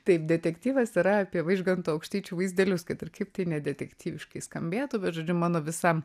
taip detektyvas yra apie vaižganto aukštaičių vaizdelius kad ir kaip tai ne detektyviškai skambėtų bet žodžiu mano visa